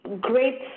great –